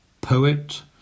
poet